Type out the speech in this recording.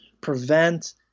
prevent